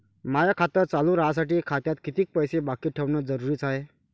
माय खातं चालू राहासाठी खात्यात कितीक पैसे बाकी ठेवणं जरुरीच हाय?